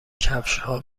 کفشها